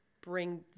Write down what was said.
bring